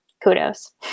kudos